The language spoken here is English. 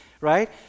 Right